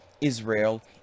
Israel